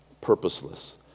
purposeless